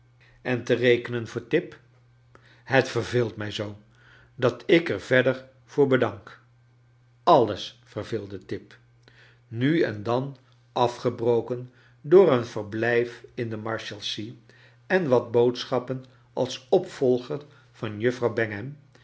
en te rekenen voor tip het verveclt mij zoo dat ik er verde r voor bedank alles verveeido tip nu en dan afgebroken door eon verblijf in de marshalsea en wat boodschappen als opvolgcr van juffrouw